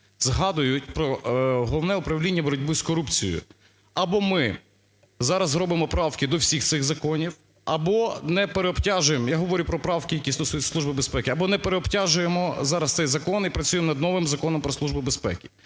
згадують про Головне управління боротьби з корупцією. Або ми зараз робимо правки до всіх цих законів, або не переобтяжуємо. Я говорю про правки, які стосуються Служби безпеки. Або не переобтяжуємо зараз цей закон і працюємо над новим Законом про